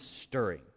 stirring